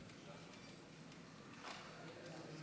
יש בצפון